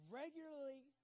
regularly